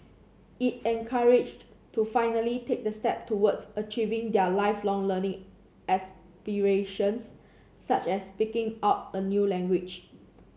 it encouraged to finally take the step towards achieving their Lifelong Learning aspirations such as picking up a new language